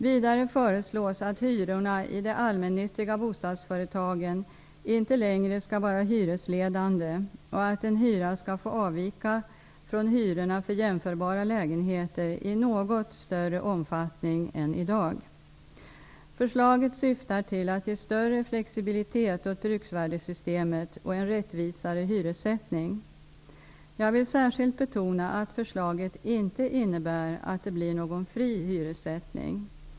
Vidare föreslås att hyrorna i de allmännyttiga bostadsföretagen inte längre skall vara hyresledande och att en hyra skall få avvika från hyrorna för jämförbara lägenheter i något större omfattning än i dag. Förslaget syftar till att ge större flexibilitet åt bruksvärdessystemet och en rättvisare hyressättning. Jag vill särskilt betona att förslaget inte innebär att det blir någon fri hyressättning.